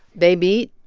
they meet.